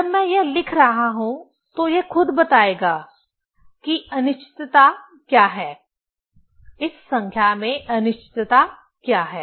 जब मैं यह लिख रहा हूं तो यह खुद बताएगा कि अनिश्चितता क्या है इस संख्या में अनिश्चितता क्या है